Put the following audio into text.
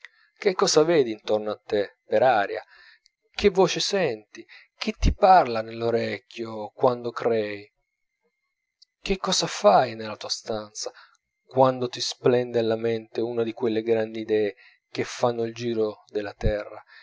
che cosa vedi intorno a te per aria che voce senti che ti parla nell'orecchio quando crei che cosa fai nella tua stanza quando ti splende alla mente una di quelle grandi idee che fanno il giro della terra